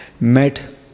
met